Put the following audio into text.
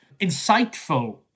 insightful